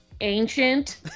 ancient